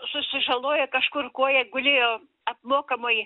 susižalojo kažkur koją gulėjo apmokamoj